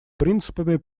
принципами